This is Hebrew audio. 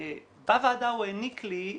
בוועדה הוא העניק לי,